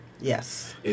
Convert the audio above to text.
Yes